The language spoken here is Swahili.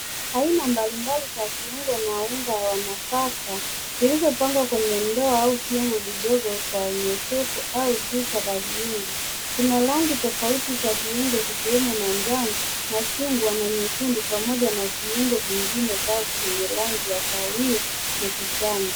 Aina mbalimbali ya viungo na unga wa nafaka vilivyopangwa kwenye ndoo au vyombo vidogo kwenye soko au duka la viungo ,kuna rangi tofauti za viuongo ikiwemo manjano, machungwa na nyekundu pamoja na viungo vingine kavu vyenye rangi ya kahawia na kijani.